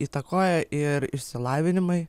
įtakoja ir išsilavinimai